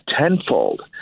tenfold